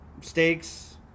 steaks